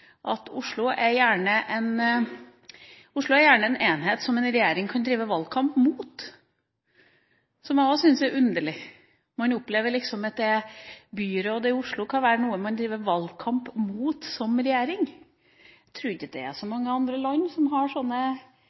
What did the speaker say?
at Oslo gjerne er en enhet som en regjering kan drive valgkamp mot, noe jeg også syns er underlig. Man opplever liksom at byrådet i Oslo kan være noe man som regjering driver valgkamp mot. Jeg tror ikke at det er så mange andre land som har sånne